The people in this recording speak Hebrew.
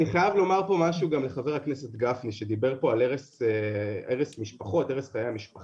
אני גם חייב לומר פה משהו לחבר הכנסת גפני שדיבר על הרס חיי המשפחה.